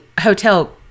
hotel